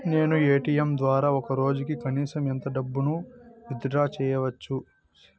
నేను ఎ.టి.ఎం ద్వారా ఒక రోజుకి కనీసం ఎంత డబ్బును విత్ డ్రా సేసుకోవచ్చు?